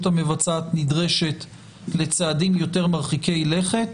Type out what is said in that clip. המבצעת נדרשת לצעדים יותר מרחיקי לכת,